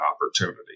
opportunity